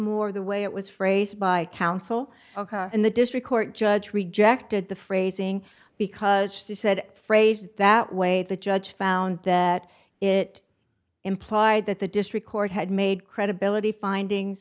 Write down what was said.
more the way it was phrased by counsel and the district court judge rejected the phrasing because he said phrased that way the judge found that it implied that the district court had made credibility finding